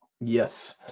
Yes